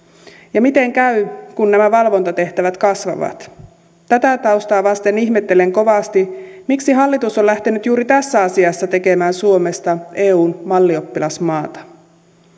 ja miten käy kun nämä valvontatehtävät kasvavat tätä taustaa vasten ihmettelen kovasti miksi hallitus on lähtenyt juuri tässä asiassa tekemään suomesta eun mallioppilasmaata